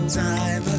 time